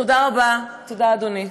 תודה רבה, תודה, אדוני.